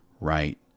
right